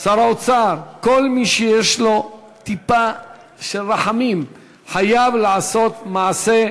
לשר האוצר: כל מי שיש לו טיפה של רחמים חייב לעשות מעשה,